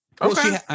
Okay